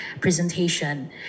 presentation